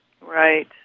Right